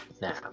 now